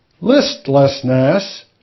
Listlessness